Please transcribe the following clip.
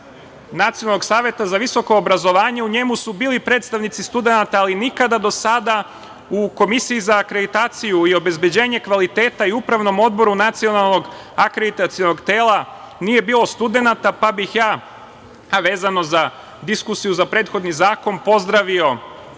Nacionalnog saveta za visoko obrazovanje u njemu su bili predstavnici studenata, ali nikada do sada u Komisiji za akreditaciju i obezbeđenje kvaliteta i Upravnom odboru Nacionalnog akreditacionog tela nije bilo studenata, pa bih ja, a vezano za diskusiju za prethodni zakon, pozdravio